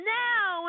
now